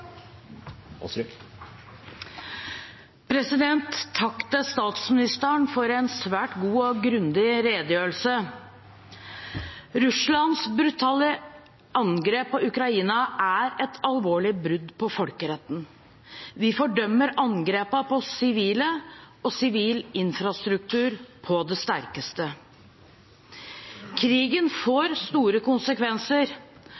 Takk til statsministeren for en svært god og grundig redegjørelse. Russlands brutale angrep på Ukraina er et alvorlig brudd på folkeretten. Vi fordømmer angrepene på sivile og sivil infrastruktur på det sterkeste. Krigen